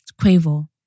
Quavo